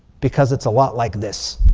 because it's a lot like this.